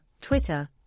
Twitter